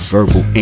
Verbal